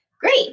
Great